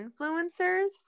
influencers